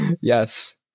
Yes